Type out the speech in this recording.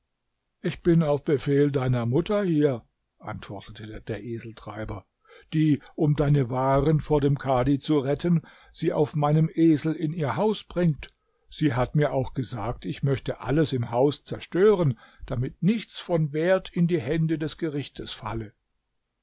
ich bin auf befehl deiner mutter hier antwortete der eseltreiber die um deine waren vor dem kadhi zu retten sie auf meinem esel in ihr haus bringt sie hat mir auch gesagt ich möchte alles im haus zerstören damit nichts von wert in die hände des gerichtes falle